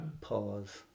pause